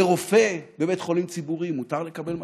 לרופא בבית חולים ציבורי מותר לקבל מתנות?